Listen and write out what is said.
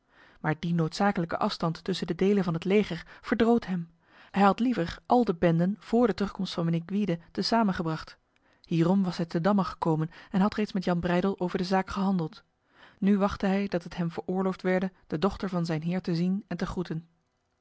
maar die noodzakelijke afstand tussen de delen van het leger verdroot hem hij had liever al de benden voor de terugkomst van mijnheer gwyde te samen gebracht hierom was hij te damme gekomen en had reeds met jan breydel over de zaak gehandeld nu wachtte hij dat het hem veroorloofd werde de dochter van zijn heer te zien en te groeten